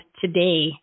today